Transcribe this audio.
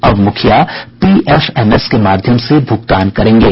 अब मुखिया पीएफएमएस के माध्यम से भूगतान करेंगे